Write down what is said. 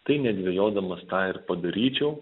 tai nedvejodamas tą ir padaryčiau